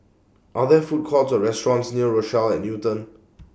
Are There Food Courts Or restaurants near Rochelle At Newton